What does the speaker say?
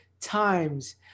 times